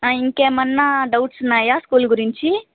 ఇంకేమైనా డౌట్స్ ఉన్నాయా స్కూల్ గురించి